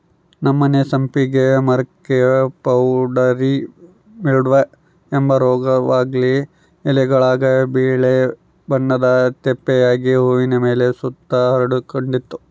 ನಮ್ಮನೆ ಸಂಪಿಗೆ ಮರುಕ್ಕ ಪೌಡರಿ ಮಿಲ್ಡ್ವ ಅಂಬ ರೋಗುದ್ಲಾಸಿ ಎಲೆಗುಳಾಗ ಬಿಳೇ ಬಣ್ಣುದ್ ತೇಪೆ ಆಗಿ ಹೂವಿನ್ ಮೇಲೆ ಸುತ ಹರಡಿಕಂಡಿತ್ತು